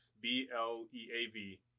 B-L-E-A-V